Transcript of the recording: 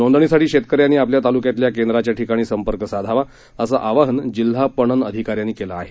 नोंदणीसाठी शेतकऱ्यांनी आपल्या तालुक्यातल्या केंद्राच्या ठिकाणी संपर्क साधावा असं आवाहन जिल्हा पणन अधिकान्यांनी केलं आहे